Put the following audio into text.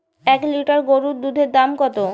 এক লিটার গোরুর দুধের দাম কত?